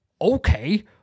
okay